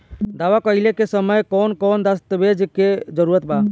दावा कईला के समय कौन कौन दस्तावेज़ के जरूरत बा?